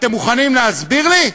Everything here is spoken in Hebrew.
אתם מוכנים להסביר לי?